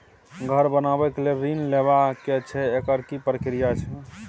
घर बनबै के लेल ऋण लेबा के छै एकर की प्रक्रिया छै?